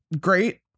great